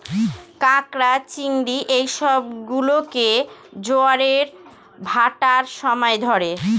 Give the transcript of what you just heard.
ক্যাঁকড়া, চিংড়ি এই সব গুলোকে জোয়ারের ভাঁটার সময় ধরে